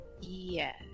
Yes